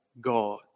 God